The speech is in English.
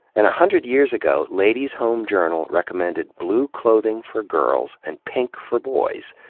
and a hundred years ago, ladies home journal recommended blue clothing for girls and pink for boys,